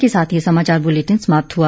इसी के साथ ये समाचार बुलेटिन समाप्त हुआ